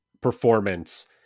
performance